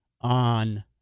on